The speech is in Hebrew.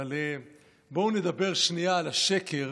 בואו נדבר שנייה על השקר